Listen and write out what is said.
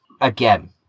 again